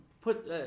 put